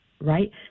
right